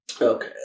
Okay